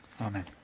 Amen